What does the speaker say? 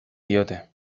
diote